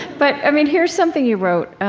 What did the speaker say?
but i mean here's something you wrote.